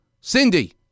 Cindy